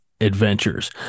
adventures